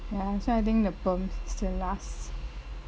ya so I think the perm still last